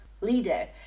leader